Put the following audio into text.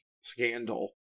scandal